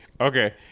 Okay